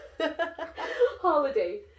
Holiday